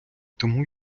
тому